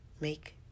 make